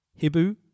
Hibu